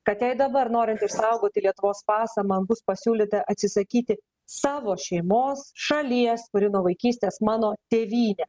kad jei dabar norint išsaugoti lietuvos pasą man bus pasiūlyta atsisakyti savo šeimos šalies kuri nuo vaikystės mano tėvynė